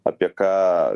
apie ką